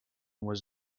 was